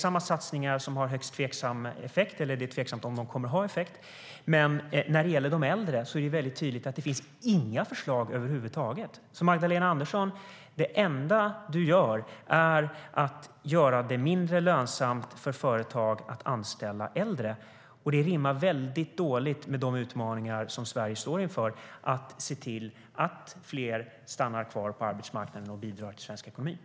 Men det är högst tveksamt om dessa satsningar kommer att ha någon effekt.